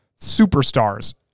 superstars